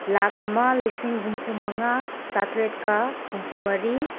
ꯂꯥꯛ ꯑꯃ ꯂꯤꯁꯤꯡ ꯍꯨꯝꯐꯨꯃꯉꯥ ꯆꯥꯇ꯭ꯔꯦꯠꯀ ꯍꯨꯝꯐꯨ ꯃꯔꯤ